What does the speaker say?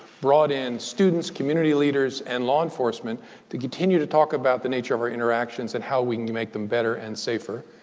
brought in students, community leaders, and law enforcement to continue to talk about the nature of our interactions and how we can make them better and safer.